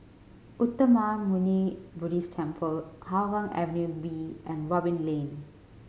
Uttamayanmuni Buddhist Temple Hougang Avenue B and Robin Lane